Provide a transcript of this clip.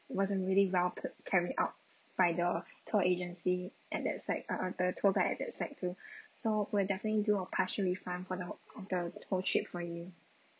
wasn't really well c~ carried out by the tour agency at that side uh uh the tour guide at that side too so we'll definitely do a partial refund for the who~ the whole trip for you